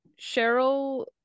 Cheryl